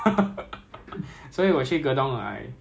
then 我进去 army then I loss until sixty three